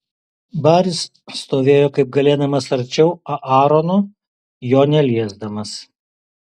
baris stovėjo kaip galėdamas arčiau aarono jo neliesdamas